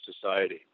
society